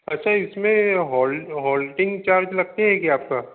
अच्छा इसमें halt halting charge लगते है क्या आपका